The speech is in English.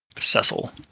Cecil